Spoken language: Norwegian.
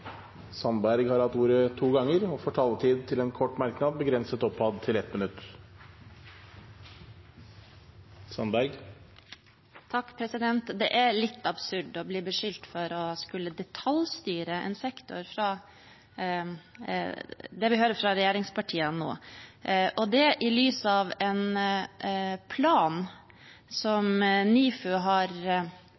Sandberg har hatt ordet to ganger tidligere og får ordet til en kort merknad, begrenset til 1 minutt. Det er litt absurd å bli beskyldt for å skulle detaljstyre en sektor – det hører vi fra regjeringspartiene nå – i lys av at vi behandler en plan som